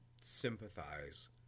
sympathize